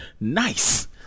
Nice